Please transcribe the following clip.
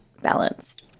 balanced